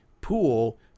pool